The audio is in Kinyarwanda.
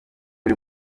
uri